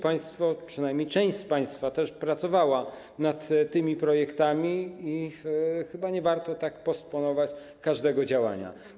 Państwo, przynajmniej część z państwa, też pracowali nad tymi projektami i chyba nie warto tak postponować każdego działania.